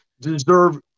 deserve